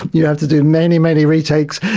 you have to do many, many retakes,